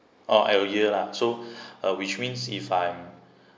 oh a year lah so uh which means if I'm